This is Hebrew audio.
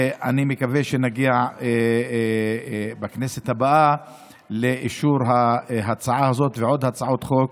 אני מקווה שנגיע בכנסת הבאה לאישור ההצעה הזאת ועוד הצעות חוק